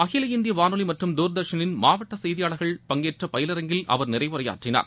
அகில இந்திய வானொலி மற்றும் தூர்தர்ஷனின் மாவட்ட செய்தியாளர்கள் பங்கேற்ற பயிலரங்கில் அவர் நிறைவுரையாற்றினார்